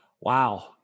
Wow